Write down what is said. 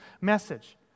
message